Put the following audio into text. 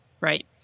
right